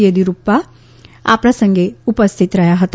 ચેદયુરપ્પા આ પ્રસંગે ઉપસ્થિત રહયાં હતા